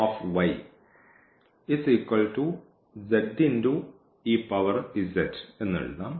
അതിനാൽ